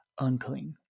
unclean